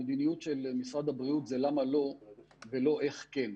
המדיניות של משרד הבריאות זה למה לא ולא איך כן.